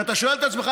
כשאתה שואל את עצמך,